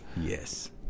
Yes